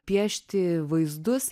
piešti vaizdus